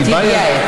טיבייב,